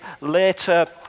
later